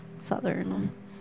Southern